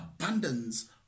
abundance